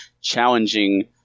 challenging